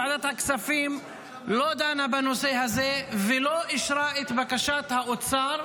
ועדת הכספים לא דנה בנושא הזה ולא אישרה את בקשת האוצר.